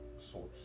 Source